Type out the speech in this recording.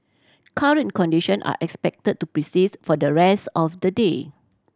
current condition are expected to persists for the rest of the day